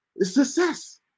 success